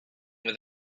with